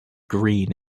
green